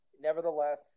nevertheless